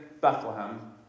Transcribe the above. Bethlehem